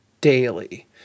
daily